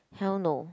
hell no